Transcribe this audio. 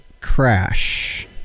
crash